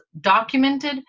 documented